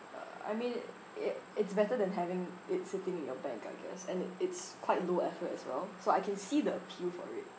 uh I mean i~ it's better than having it sitting in your bank I guess and it's quite low effort as well so I can see the appeal for it